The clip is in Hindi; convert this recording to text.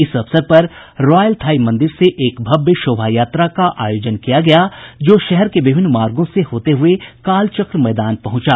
इस अवसर पर रॉयल थाई मंदिर से एक भव्य शोभा यात्रा का आयोजन किया गया जो शहर के विभिन्न मार्गो से होते हुये कालचक्र मैदान पहुंचा